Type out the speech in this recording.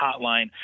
hotline